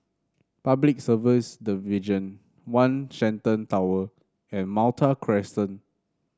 Public Service Division One Shenton Tower and Malta Crescent